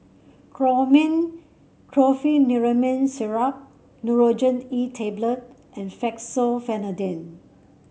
Chlormine Chlorpheniramine Syrup Nurogen E Tablet and Fexofenadine